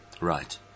Right